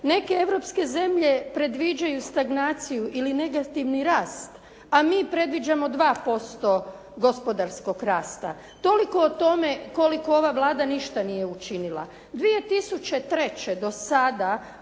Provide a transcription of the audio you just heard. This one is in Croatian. Neke europske zemlje predviđaju stagnaciju ili negativni rast a mi predviđamo 2% gospodarskog rasta. Toliko o tome koliko ova Vlada nije ništa učinila. 2003. do sada